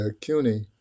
CUNY